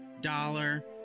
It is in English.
dollar